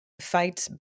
fight